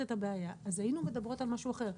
את הבעיה אז היינו מדברים על משהו אחר,